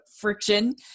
friction